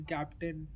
Captain